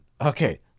Okay